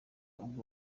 ubwo